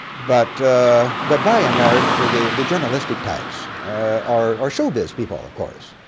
but but by and large, ah the the journalistic-types are are show biz people of course.